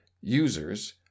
users